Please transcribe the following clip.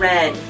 Red